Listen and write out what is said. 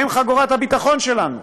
הם חגורת הביטחון שלנו.